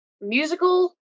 musical